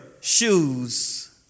shoes